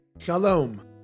Shalom